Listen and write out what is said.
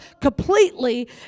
completely